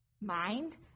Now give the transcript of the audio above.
mind